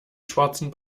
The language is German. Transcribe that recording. schwarzen